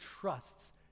trusts